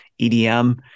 EDM